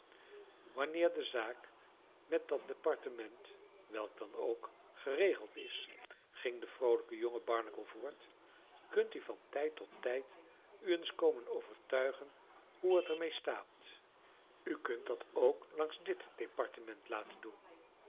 wanneer de zaak met dat departement welk dan ook geregeld is ging de vroolijke jonge barnacle voort kunt u van tijd tot tijd u eens komen overtuigen hoe t er mee staat u kunt dat ook langs dit departement laten doen